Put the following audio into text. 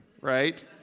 right